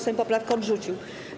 Sejm poprawkę odrzucił.